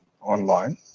online